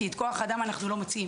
כי את כוח האדם אנחנו לא מוציאים.